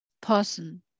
person